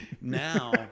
Now